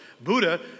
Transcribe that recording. Buddha